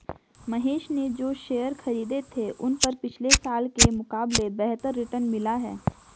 महेश ने जो शेयर खरीदे थे उन पर पिछले साल के मुकाबले बेहतर रिटर्न मिला है